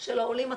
של העולים עצמם.